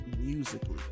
musically